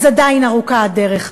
אז עדיין ארוכה הדרך,